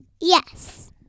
Yes